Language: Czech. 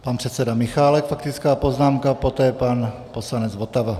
Pan předseda Michálek, faktická poznámka, poté pan poslanec Votava.